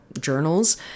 journals